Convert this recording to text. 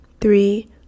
three